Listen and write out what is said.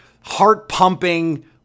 heart-pumping